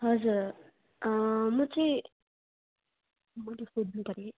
हजुर म चाहिँ